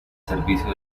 servicio